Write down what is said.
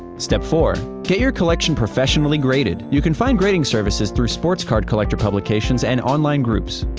step four. get your collection professionally graded. you can find grading services through sports card collector publications and online groups.